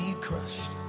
crushed